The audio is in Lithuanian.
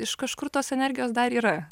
iš kažkur tos energijos dar yra